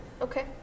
okay